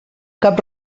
cap